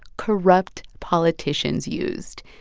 corrupt politicians used.